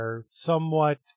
somewhat